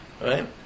right